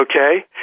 okay